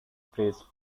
phrase